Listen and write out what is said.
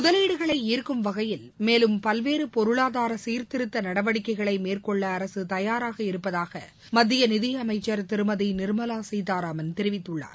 முதலீகளை ஈர்க்கும் வகையில் மேலும் பல்வேறு பொருளாதார சீர்த்திருத்த நடவடிக்கைகளை மேற்கொள்ள அரசு தயாராக இருப்பதாக மத்திய நிதி அமைச்சர் திருமதி நிர்மலா சீதாராமன் தெரிவித்துள்ளார்